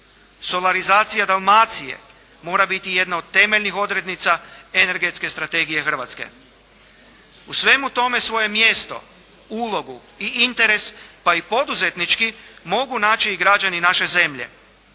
Solarizacija Dalmacije mora biti jedna od temeljnih odrednica energetske strategije Hrvatske. U svemu tome svoje mjesto, ulogu i interes pa i poduzetnički mogu naći i građani naše zemlje